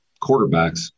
quarterbacks